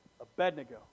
Abednego